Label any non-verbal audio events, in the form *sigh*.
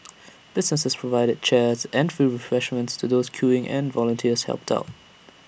*noise* businesses provided chairs and free refreshments to those queuing and volunteers helped out